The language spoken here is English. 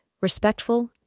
respectful